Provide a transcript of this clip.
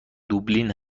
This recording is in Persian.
دوبلین